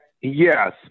Yes